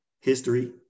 history